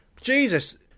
Jesus